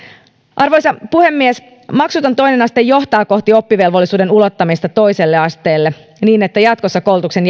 arvoisa puhemies maksuton toinen aste johtaa kohti oppivelvollisuuden ulottamista toiselle asteelle niin että jatkossa koulutuksen